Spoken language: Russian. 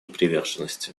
приверженности